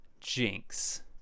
jinx